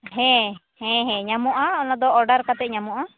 ᱦᱮᱸ ᱦᱮᱸ ᱦᱮᱸ ᱧᱟᱢᱚᱜᱼᱟ ᱚᱱᱟᱫᱚ ᱚᱰᱟᱨ ᱠᱟᱛᱮᱫ ᱧᱟᱢᱚᱜᱼᱟ